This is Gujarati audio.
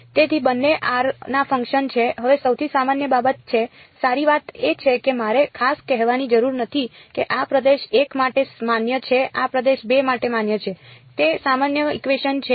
તેથી બંને r ના ફંક્શન છે હવે સૌથી સામાન્ય બાબત છે સારી વાત એ છે કે મારે ખાસ કહેવાની જરૂર નથી કે આ પ્રદેશ 1 માટે માન્ય છે આ પ્રદેશ 2 માટે માન્ય છે તે સામાન્ય ઇકવેશન છે